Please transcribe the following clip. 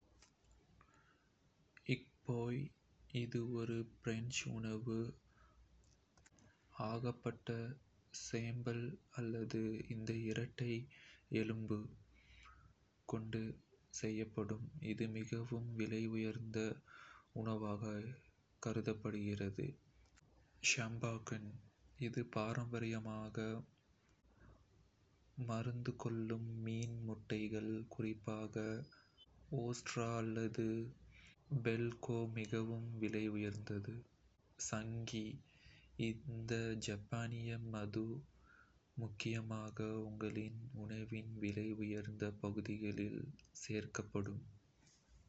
ஃபோய் – இது ஒரு பிரெஞ்சு உணவு, ஆகபட்ட சோம்பல் அல்லது இந்த இரட்டை எலும்பு மांसத்தைக் கொண்டு செய்யப்படும். இது மிகவும் விலையுயர்ந்த உணவாக கருதப்படுகிறது. ஷாம்பாக்ன் – இது பாரம்பரியமாக மருந்துகொள்ளும் மீன் முட்டைகள், குறிப்பாக ஒஸ்ட்ரா அல்லது பெல்ுகா, மிகவும் விலையுயர்ந்தது. வாக்யூ காபி – இந்த காபி, சிட்டிகளால் கறைகள் கெட்டுக் கொண்டு பின் உணவுக்குப் பின்பு பதிக்கப்படும், இது உலகில் மிகவும் விலை உயர்ந்த காபி வகைகளில் ஒன்று. ஃபிரஞ்ச் லோப்ஸ்டர் – இந்த லோப்ஸ்டர் மிகவும் விலை உயர்ந்ததும், அதிகரிக்கப்பட்ட சுவைக்கும் மற்றும் பிரெஞ்சு உணவுகளின் அடிப்படையில் முக்கியமாக பயன்படுத்தப்படுகிறது. ஸ்டீக் – ஜப்பான் மூலம் புகழ்பெற்ற வாக்யூ மாடு, அதன் மெல்லிய, மெல்லிய கொழுப்பின் காரணமாக மிகவும் விலை உயர்ந்தது. சங்கீ – இந்த ஜப்பானிய மது, முக்கியமாக உங்களின் உணவின் விலை உயர்ந்த பகுதிகளில் சேர்க்கப்படும். பிரான்சியன் பாணி – இது ஒரு ரயிலிருந்து காணப்படும் இயற்கையான உண்ணுதல், பெரும்பாலும் உயர்ந்த விலையில் விற்கப்படுகிறது மற்றும் உணவு சமைப்பில் பயன்படுத்தப்படுகிறது. ஹம்பாக் – இப்பொருள், இஸ்பேனில் உள்ள உற்பத்தியாளர்கள் உருவாக்கும் மிகவும் விலையுள்ள பரிமாணம் கொண்ட சிட் காட்கள்.